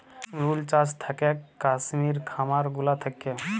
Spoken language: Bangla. কাশ্মির উল চাস থাকেক কাশ্মির খামার গুলা থাক্যে